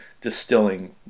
distilling